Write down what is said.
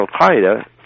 al-Qaeda